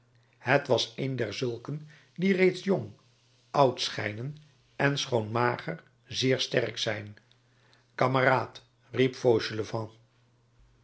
t was een derzulken die reeds jong oud schijnen en schoon mager zeer sterk zijn kameraad riep fauchelevent